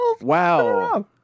Wow